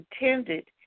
intended